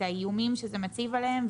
את האיומים שזה מציב עליהן,